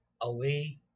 away